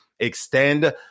Extend